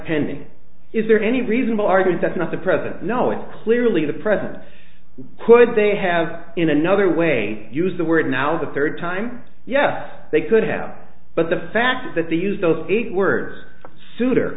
pending is there any reasonable argued that's not the present no it clearly the present could they have in another way used the word now the third time yes they could have but the fact that they use those eight words souter